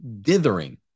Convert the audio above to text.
dithering